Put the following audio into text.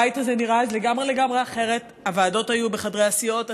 הבית הזה נראה אז לגמרי לגמרי אחרת: הוועדות היו בחדרי הסיעות,